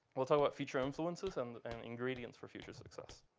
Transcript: we'll talk what future influences and and ingredients for future success.